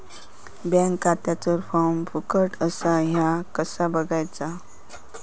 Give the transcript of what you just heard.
Bank खात्याचो form फुकट असा ह्या कसा बगायचा?